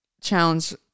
challenge